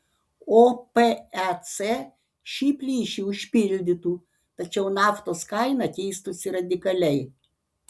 opec šį plyšį užpildytų tačiau naftos kaina keistųsi radikaliai